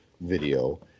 video